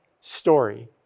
story